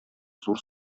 зур